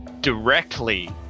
directly